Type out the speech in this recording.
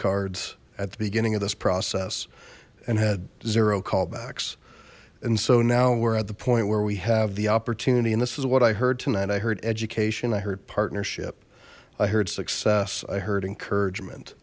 cards at the beginning of this process and had zero callbacks and so now we're at the point where we have the opportunity and this is what i heard tonight i heard education i heard partnership i heard success i heard encourage